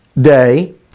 day